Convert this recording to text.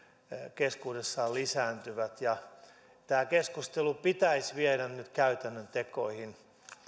keskuudessaan lisääntyvät tämä keskustelu pitäisi viedä nyt käytännön tekoihin